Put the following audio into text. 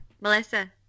Melissa